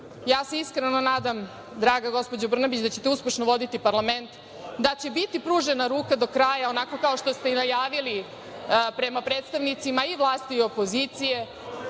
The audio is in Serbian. interes. Iskreno se nadam, draga gospođo Brnabić, da ćete uspešno voditi parlament, da će biti pružena ruka do kraja onako kao što ste i najavili prema predstavnicima i vlasti i opozicije